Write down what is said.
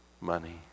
money